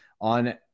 on